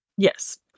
Yes